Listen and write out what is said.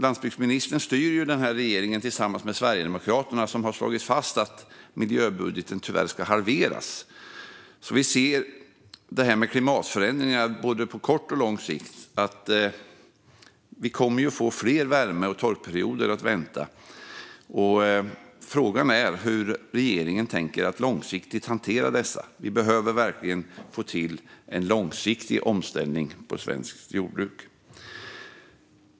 Landsbygdsministerns regering styr tillsammans med Sverigedemokraterna, och man har slagit fast att miljöbudgeten tyvärr ska halveras. När det gäller klimatförändringar på både kort och lång sikt kommer vi att få fler värme och torrperioder. Frågan är hur regeringen tänker hantera dem långsiktigt. Vi behöver verkligen få till en långsiktig omställning av svenskt jordbruk.